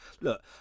look